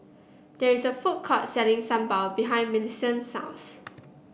there is a food court selling Sambal behind Millicent's house